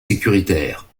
sécuritaire